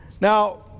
Now